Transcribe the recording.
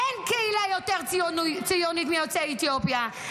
אין קהילה יותר ציונית מיוצאי אתיופיה,